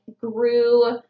grew